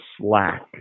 slack